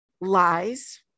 lies